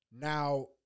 Now